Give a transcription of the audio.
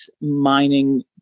mining